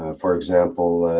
ah for example.